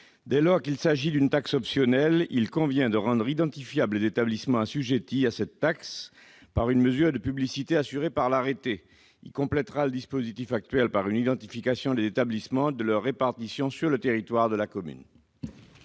Dès lors qu'il s'agit d'une taxe optionnelle, il convient de rendre identifiable l'établissement assujetti à cette taxe par une mesure de publicité assurée par l'arrêté. Cela complétera le dispositif actuel par une identification des établissements et de leur répartition sur le territoire de la commune.